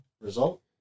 result